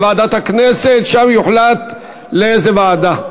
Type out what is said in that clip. לוועדת הכנסת, שם יוחלט לאיזה ועדה.